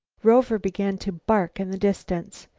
rover began to bark in the distance.